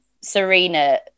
Serena